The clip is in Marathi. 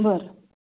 बरं